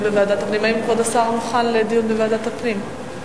האם כבוד השר מוכן לדיון בוועדת הפנים?